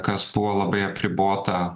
kas tuo labai apribota